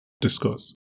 discuss